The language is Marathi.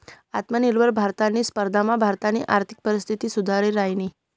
आत्मनिर्भर भारतनी स्पर्धामा भारतनी आर्थिक परिस्थिती सुधरि रायनी